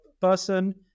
person